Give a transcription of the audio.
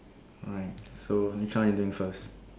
alright so which one you doing first